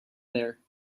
there